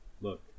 Look